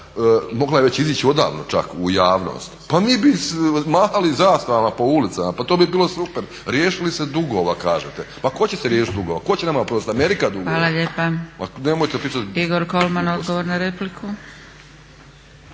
Hvala lijepa. Igor Kolman, odgovor na repliku.